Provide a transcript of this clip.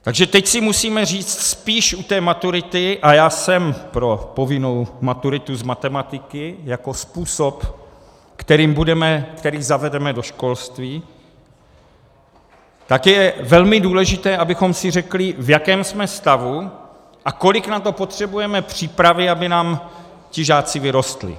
Takže teď si musíme říct spíš u té maturity, a já jsem pro povinnou maturitu z matematiky jako způsob, který zavedeme do školství, tak je velmi důležité, abychom si řekli, v jakém jsme stavu a kolik na to potřebujeme přípravy, aby nám ti žáci vyrostli.